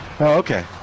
okay